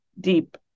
deep